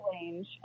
range